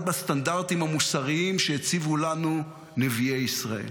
בסטנדרטים המוסריים שהציבו לנו נביאי ישראל.